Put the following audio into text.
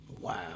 Wow